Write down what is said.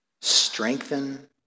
strengthen